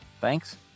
Thanks